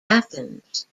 athens